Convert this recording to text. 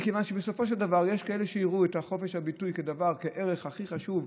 מכיוון שבסופו של דבר יש כאלה שיראו את חופש הביטוי כערך הכי חשוב,